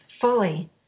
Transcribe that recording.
fully